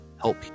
help